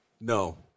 No